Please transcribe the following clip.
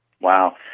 Wow